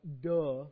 Duh